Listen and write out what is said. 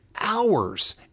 hours